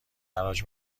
حراج